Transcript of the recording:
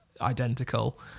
identical